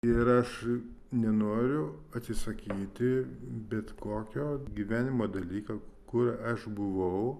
ir aš nenoriu atsisakyti bet kokio gyvenimo dalyko kur aš buvau